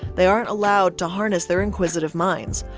they aren't allowed to harness their inquisitive minds.